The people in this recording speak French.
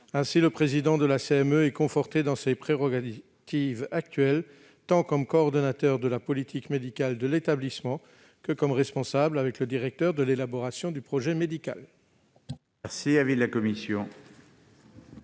le président de cette instance dans ses prérogatives actuelles, tant comme coordonnateur de la politique médicale de l'établissement que comme responsable, avec le directeur, de l'élaboration du projet médical.